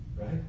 right